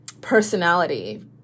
personality